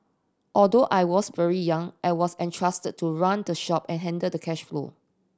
although I was very young I was entrusted to run the shop and handle the cash flow